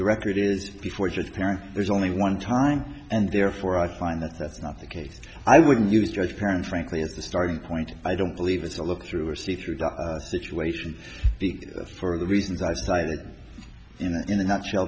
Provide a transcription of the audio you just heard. record is before just parent there's only one time and therefore i find that that's not the case i wouldn't use judge karen frankly as the starting point i don't believe it's a look through or see through the situation for the reasons i cited in a nutshell